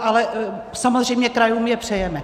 Ale samozřejmě krajům je přejeme.